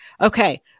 okay